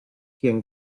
quien